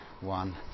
one